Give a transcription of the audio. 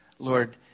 Lord